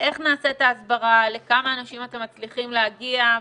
איך נעשית הסברה, לכמה אנשים אתם מצליחים להגיע.